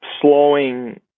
slowing